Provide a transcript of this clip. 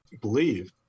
believe